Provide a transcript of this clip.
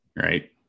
Right